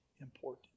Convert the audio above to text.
important